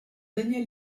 daniel